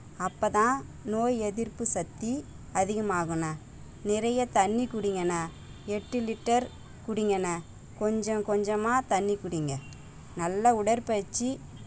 அப்போதான் நோய் எதிர்ப்பு சக்தி அதிகமாகும்ண்ணன் நிறைய தண்ணி குடிங்கண்ணன் எட்டு லிட்டர் குடிங்கண்ணன் கொஞ்சம் கொஞ்சமாக தண்ணி குடிங்கள் நல்லா உடல் பயிற்சி பண்ணுங்கள்